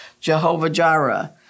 Jehovah-Jireh